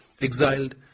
exiled